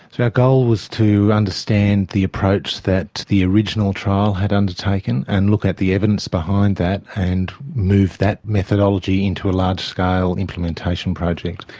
so our goal was to understand the approach that the original trial had undertaken and look at the evidence behind that and move that methodology into a large-scale implementation project.